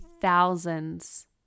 thousands